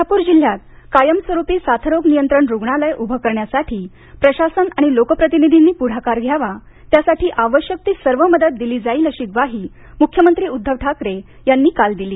कोल्हापूर जिल्ह्यात कायमस्वरूपी साथरोग नियंत्रण रूग्णालय उभं करण्यासाठी प्रशासन आणि लोकप्रतिनिधींनी पुढाकार घ्यावा त्यासाठी आवश्यक ती सर्व मदत दिली जाईल अशी ग्वाही मुख्यमंत्री उद्धव ठाकरे यांनी काल दिली